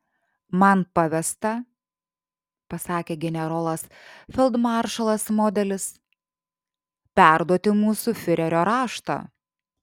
man pavesta pasakė generolas feldmaršalas modelis perduoti mūsų fiurerio raštą